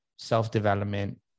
self-development